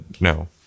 No